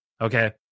Okay